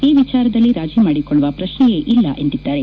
ಈ ವಿಚಾರದಲ್ಲಿ ರಾಜೀ ಮಾಡಿಕೊಳ್ಳುವ ಪ್ರಕ್ಷೆಯೇ ಇಲ್ಲ ಎಂದಿದ್ದಾರೆ